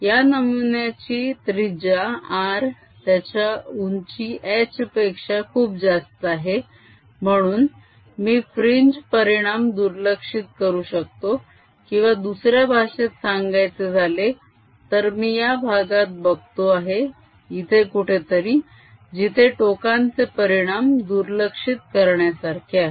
या नमुन्याची त्रिजा r त्याच्या उंची h पेक्षा खूप जास्त आहे म्हणून मी फ्रिंज परिणाम दुर्लक्षित करू शकतो किंवा दुसऱ्या भाषेत सांगायचे झाले तर मी या भागात बघतो आहे इथे कुठेतरी जिथे टोकांचे परिणाम दुर्लक्षित करण्यासारखे आहेत